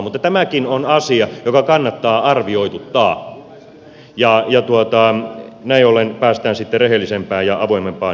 mutta tämäkin on asia joka kannattaa arvioituttaa näin ollen päästään sitten rehellisempään ja avoimempaan keskusteluun